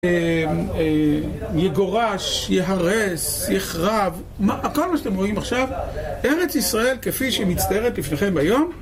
יגורש, יהרס, יחרב, הכל מה שאתם רואים עכשיו, ארץ ישראל כפי שמצטיירת לפניכם היום..